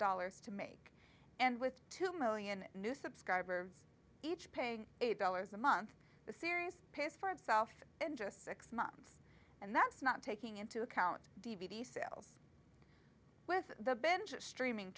dollars to make and with two million new subscriber each paying eight dollars a month the sirius pays for itself in just six months and that's not taking into account d v d sales with the bench streaming